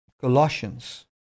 Colossians